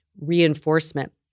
reinforcement